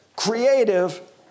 creative